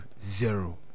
zero